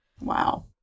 Wow